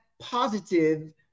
positive